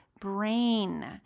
brain